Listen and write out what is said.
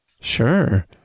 Sure